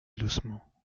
doucement